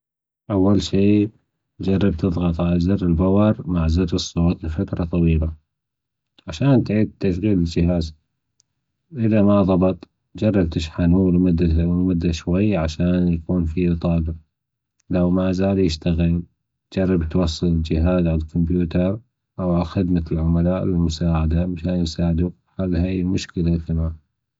أول شي جرب تضغط على زر الباور مع زر الصوت لفتره طويلة عشان تعيد تشغل الجهاز إذا ما ظبط جرب تشحنة لمدة- لمدة شوي عشان يكون فيه طاجة لو مازال مايشتغل جرب توصل الجهاز على الكومبيوتر أو على خدمة العملاء للمساعدة ميشان يساعدوك لحل هذه المشكلة تمام.